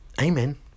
Amen